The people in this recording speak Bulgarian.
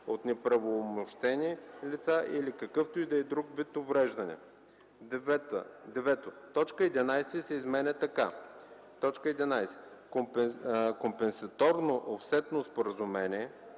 от неоправомощени лица или какъвто и да е друг вид увреждане.” 9. Точка 11 се изменя така: „11. „Компенсаторно (офсетно) споразумение”